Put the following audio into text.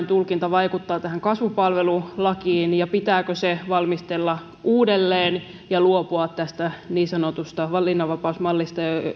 tulkinta vaikuttaa tähän kasvupalvelulakiin ja pitääkö se valmistella uudelleen ja luopua tästä niin sanotusta valinnanvapausmallista